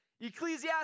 Ecclesiastes